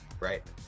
Right